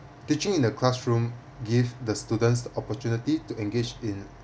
teaching in the classroom give the students opportunity to engage in